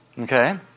Okay